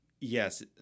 yes